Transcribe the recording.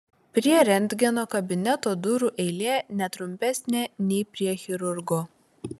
prie rentgeno kabineto durų eilė ne trumpesnė nei prie chirurgo